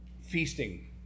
feasting